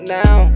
now